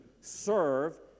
serve